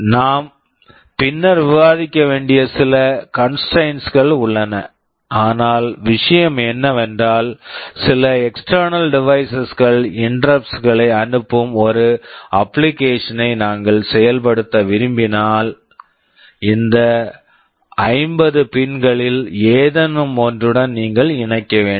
நாம் பின்னர் விவாதிக்க வேண்டிய சில கன்ஸ்ட்ரைன்ட்ஸ் constraints கள் உள்ளன ஆனால் விஷயம் என்னவென்றால் சில எக்ஸ்ட்டேர்னல் டிவைஸஸ் external devices கள் இன்டெர்ரப்ட்ஸ் interrupts களை அனுப்பும் ஒரு அப்ளிகேஷன் application ஐ நாங்கள் செயல்படுத்த விரும்பினால் இந்த 50 பின்ஸ் pins களில் ஏதேனும் ஒன்றுடன் நீங்கள் இணைக்க வேண்டும்